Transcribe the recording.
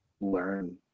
learn